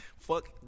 fuck